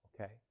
Okay